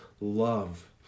love